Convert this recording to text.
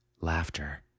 Laughter